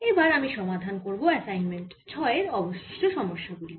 এবার আমি সমাধান করব অ্যাসাইনমেন্ট 6 এর অবশিষ্ট সমস্যা গুলি